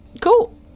cool